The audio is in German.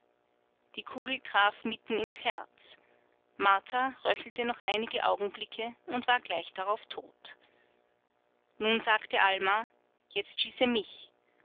die kugel traf mitten ins herz martha röchelte noch einige augenblicke und war gleich darauf tot nun sagte alma jetzt schieße mich